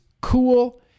cool